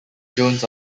jones